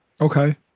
Okay